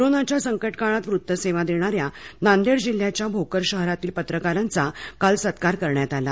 कोरोनाच्या संकट काळात वृत्त सेवा देणाऱ्या नांदेड जिल्ह्य़ाच्या भोकर शहरातील पत्रकारांचा काल सत्कार करण्यात आला